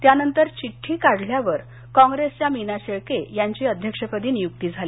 यानंतर चिड्ठी काढल्यावर काँग्रेसच्या मीना शेळके यांची अध्यक्षपदी निवड झाली